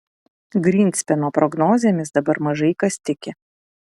grynspeno prognozėmis dabar mažai kas tiki